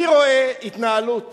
אני רואה התנהלות